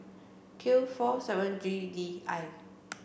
Q four seven G D I